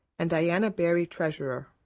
and diana barry treasurer.